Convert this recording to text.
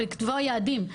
ולקבוע יעדים.